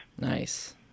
Nice